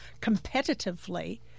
competitively